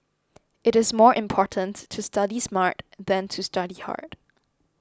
it is more important to study smart than to study hard